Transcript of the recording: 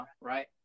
right